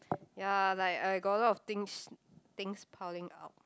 ya like I got a lot of things things piling up